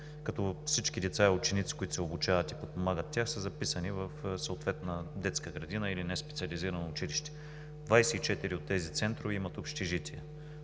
като всички деца и ученици, които се обучават и подпомагат от тях, са записани в съответна детска градина или неспециализирано училище. 24 от тези центрове имат общежития,